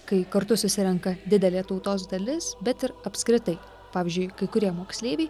kai kartu susirenka didelė tautos dalis bet ir apskritai pavyzdžiui kai kurie moksleiviai